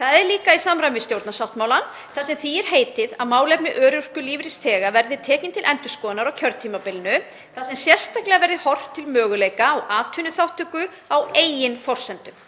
Það er líka í samræmi við stjórnarsáttmálann þar sem því er heitið að málefni örorkulífeyrisþega verði tekin til endurskoðunar á kjörtímabilinu þar sem sérstaklega verði horft til möguleika á atvinnuþátttöku á eigin forsendum.